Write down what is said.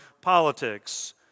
politics